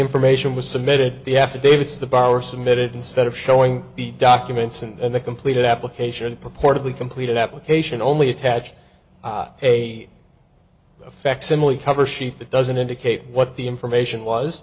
information was submitted the affidavits the borrower submitted instead of showing the documents and the completed application purportedly completed application only attach a effect simile cover sheet that doesn't indicate what the information was